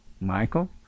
Michael